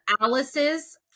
Alice's